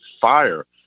fire